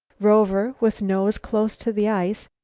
rover, with nose close to the ice,